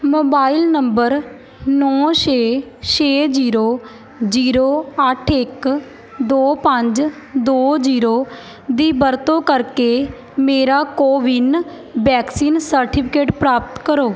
mobile number ਨੌ ਛੇ ਛੇ ਜੀਰੋ ਜੀਰੋ ਅੱਠ ਇੱਕ ਦੋ ਪੰਜ ਦੋ ਜੀਰੋ ਦੀ ਵਰਤੋਂ ਕਰਕੇ ਮੇਰਾ ਕੋਵਿਨ ਵੈਕਸੀਨ ਸਰਟੀਫਿਕੇਟ ਪ੍ਰਾਪਤ ਕਰੋ